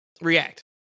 react